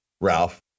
Ralph